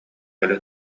кэлэ